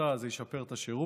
והפרטה זה ישפר את השירות.